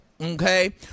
Okay